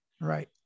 Right